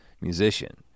musician